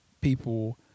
people